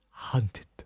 Hunted